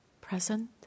present